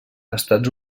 estats